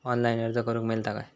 Online अर्ज करूक मेलता काय?